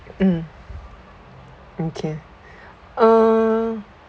mm okay uh